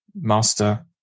master